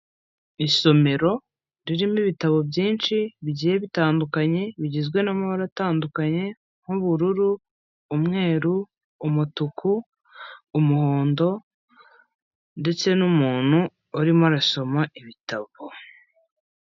Isomero ririmo ibitabo byinshi bigiye bitandukanye bigizwe n'amabara atandukanye nk'ubururu, umweru, umutuku, umuhondo ndetse n'umuntu urimo arasoma ibitabo.